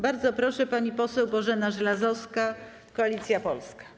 Bardzo proszę, pani poseł Bożena Żelazowska, Koalicja Polska.